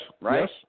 Right